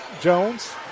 Jones